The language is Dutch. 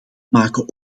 maken